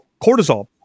cortisol